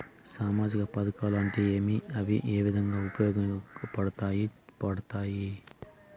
సామాజిక పథకాలు అంటే ఏమి? ఇవి ఏ విధంగా ఉపయోగపడతాయి పడతాయి?